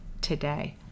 today